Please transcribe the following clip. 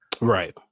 Right